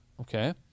Okay